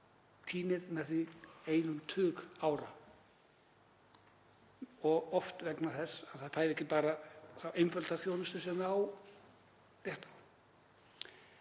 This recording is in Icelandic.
týnir með því einum tug ára og oft vegna þess að það fær ekki þá einföldu þjónustu sem það á